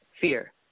Fear